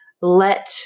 let